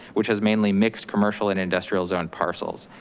which has mainly mixed commercial and industrial zone parcels.